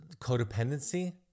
codependency